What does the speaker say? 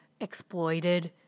exploited